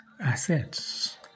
assets